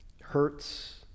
hurts